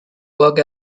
work